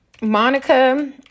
Monica